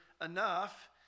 enough